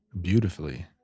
Beautifully